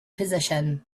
position